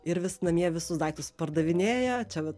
ir vis namie visus daiktus pardavinėja čia vat